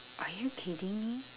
are you kidding me